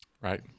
Right